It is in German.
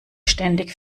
ständig